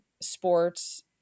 sports